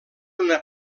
una